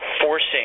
forcing